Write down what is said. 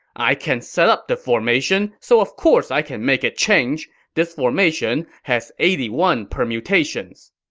i can set up the formation, so of course i can make it change. this formation has eighty one permutations.